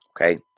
okay